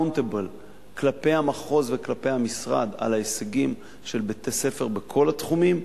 כלפי המחוז וכלפי המשרד על ההישגים של בתי-ספר בכל התחומים.